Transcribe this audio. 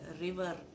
river